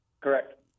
Correct